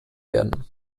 werden